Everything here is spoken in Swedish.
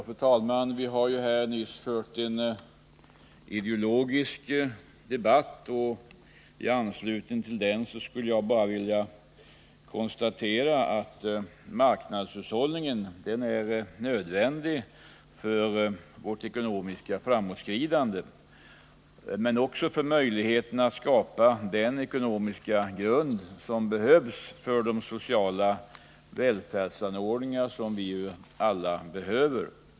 Fru talman! Vi har nyss hört en ideologisk debatt. I anslutning till den skulle jag bara vilja konstatera att marknadshushållningen är nödvändig för vårt ekonomiska framåtskridande men också för möjligheterna att skapa den ekonomiska grund som behövs för de sociala välfärdsanordningar som vi ju alla behöver.